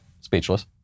Speechless